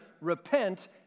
Repent